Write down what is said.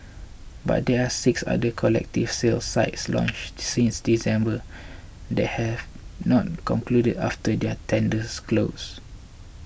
but there are six other collective sale sites launched since December that have not concluded after their tenders closed